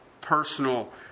personal